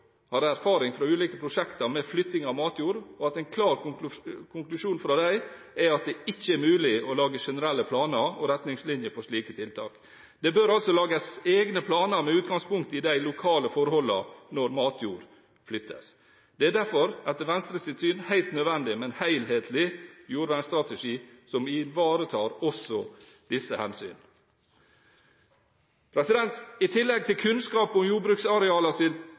har erfaring fra ulike prosjekter med flytting av matjord, og at en klar konklusjon fra dem er at det ikke er mulig å lage generelle planer og retningslinjer for slike tiltak. Det bør altså lages egne planer med utgangspunkt i de lokale forholdene når matjord flyttes. Det er derfor, etter Venstres syn, helt nødvendig med en helhetlig jordvernstrategi som ivaretar også disse hensyn. I tillegg til kunnskap om